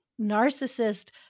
narcissist